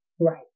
Right